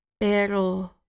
Pero